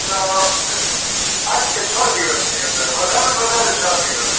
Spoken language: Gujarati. છ પાંચ કે છ દિવસની અંદર વધારેમાં વધારે છ દિવસ